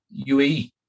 UAE